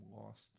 lost